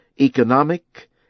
economic